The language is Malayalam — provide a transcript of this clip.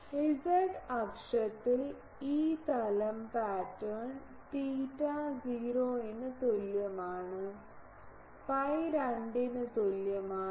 Z അക്ഷത്തിൽ E തലം പാറ്റേൺ തീറ്റ 0 ന് തുല്യമാണ് pi 2 ന് തുല്യമാണ്